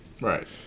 Right